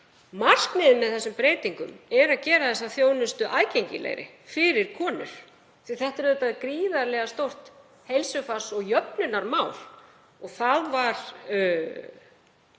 Markmiðið með þessum breytingum er að gera þessa þjónustu aðgengilegri fyrir konur því þetta er auðvitað gríðarlega stórt heilsufars- og jöfnunarmál. Það voru